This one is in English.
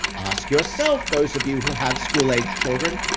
ask yourself those of you who have school aged children,